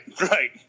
Right